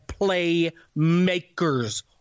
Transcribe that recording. playmakers